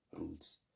rules